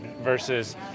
versus